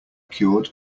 cured